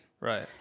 Right